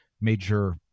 major